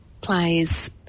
plays